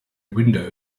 window